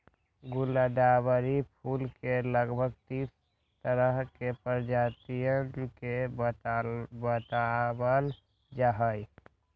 गुलदावरी फूल के लगभग तीस तरह के प्रजातियन के बतलावल जाहई